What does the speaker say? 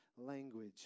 language